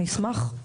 נשמח.